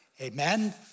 Amen